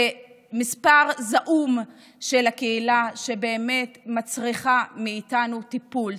זה מספר זעום של הקהילה שבאמת מצריכה מאיתנו טיפול,